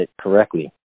correctly